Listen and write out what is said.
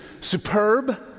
superb